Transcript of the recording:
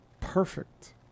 perfect